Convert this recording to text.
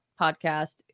podcast